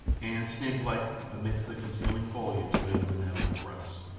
and, snake-like, amidst the concealing foliage lay the malevolent russ.